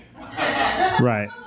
Right